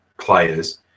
players